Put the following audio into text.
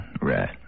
right